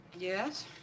Yes